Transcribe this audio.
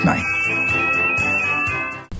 night